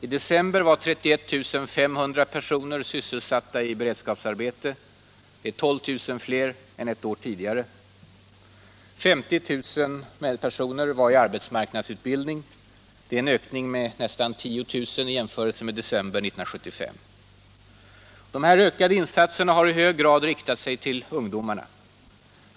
I december var 31 500 personer sysselsatta i beredskapsarbete. Det är 12 000 fler än ett år tidigare. 50 000 personer var i arbetsmarknadsutbildning. Det är en ökning med nästan 10 000 jämfört med december 1975. De här ökade insatserna har i hög grad riktat sig till ungdom.